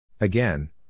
Again